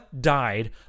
died